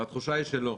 והתחושה היא שלא.